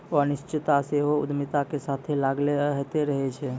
अनिश्चितता सेहो उद्यमिता के साथे लागले अयतें रहै छै